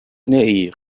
نئی